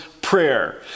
Prayer